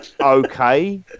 okay